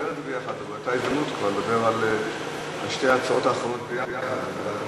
באותה הזדמנות כבר נדבר על שתי ההצעות האחרונות יחד בוועדת המדע.